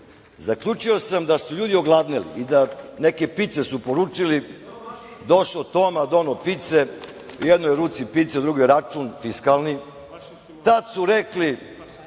Zaključio sam da su ljudi ogladneli i neke pice su poručili, došao Toma, doneo pice, u jednoj ruci pice, u drugoj račun fiskalni, tad su rekli